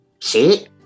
See